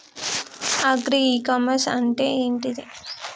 Agri e commerce అంటే ఏంటిది?